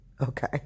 Okay